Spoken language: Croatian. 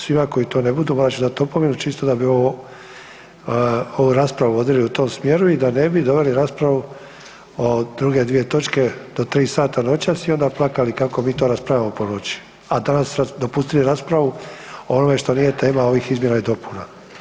Svima koji to ne budu, morat ću dat opomenu čisto da bi ovu raspravu vodili u tom smjeru i da ne bi doveli raspravu o druge dvije točke do 3 sata noćas i onda plakali kako mi to raspravljamo po noći a danas dopustili raspravu o onome što nije tema ovih izmjena i dopuna.